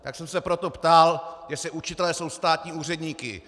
Tak jsem se proto ptal, jestli učitelé jsou státní úředníci.